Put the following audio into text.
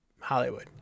Hollywood